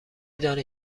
دانید